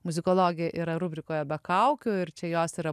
muzikologė yra rubrikoje be kaukių ir čia jos yra